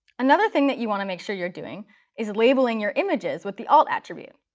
another thing that you want to make sure you're doing is labelling your images with the alt attribute.